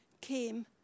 came